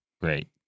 Great